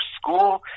school